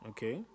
Okay